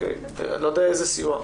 אני לא יודע איזה סיוע.